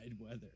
weather